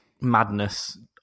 madness